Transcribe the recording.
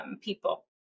people